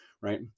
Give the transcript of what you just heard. right